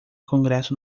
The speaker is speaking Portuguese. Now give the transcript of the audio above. congresso